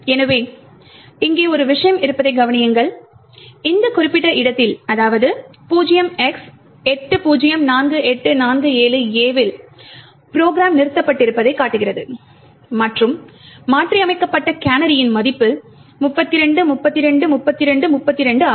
எனவே இங்கே ஒரு விஷயம் இருப்பதைக் கவனியுங்கள் இந்த குறிப்பிட்ட இடத்தில் 0x804847A இல் ப்ரோகிராம் நிறுத்தப்பட்டிருப்பதைக் காட்டுகிறது மற்றும் மாற்றியமைக்கப்பட்ட கேனரியின் மதிப்பு 32 32 32 32 ஆகும்